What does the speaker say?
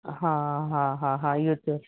हा हा हा हा इहो त